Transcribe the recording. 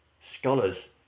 Scholars